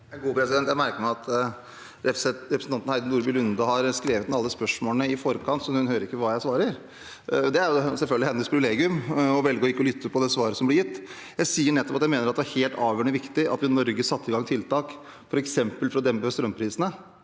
Jeg merker meg at representanten Heidi Nordby Lunde har skrevet ned alle spørsmålene i forkant, så hun hører ikke hva jeg svarer. Det er selvfølgelig hennes privilegium å velge ikke å lytte til svaret som blir gitt. Jeg sier nettopp at jeg mener det var helt avgjørende viktig at vi i Norge satte i gang tiltak, f.eks. for å dempe strømprisene,